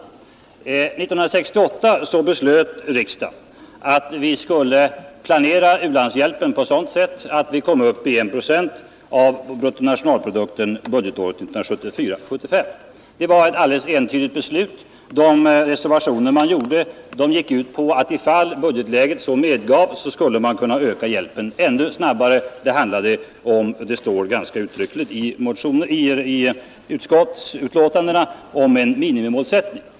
År 1968 beslöt riksdagen att vi skulle planera u-landshjälpen på sådant sätt att vi skulle nå målet en procent av bruttonationalprodukten budgetåret 1974/75. Det var ett alldeles entydigt beslut. De reservationer man gjorde hade den innebörden att man, om budgetläget så medgav, skulle kunna öka hjälpen ännu snabbare. Det står ganska tydligt angivet i utskottsutlåtandena att det var fråga om en minimimålsättning.